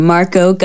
Marco